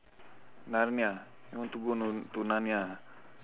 narnia you want to go to narnia